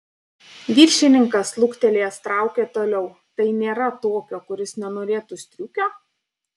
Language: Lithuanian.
viršininkas luktelėjęs traukė toliau tai nėra tokio kuris nenorėtų striukio